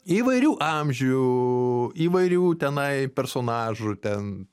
įvairių amžių įvairių tenai personažų ten